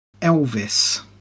Elvis